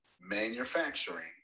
manufacturing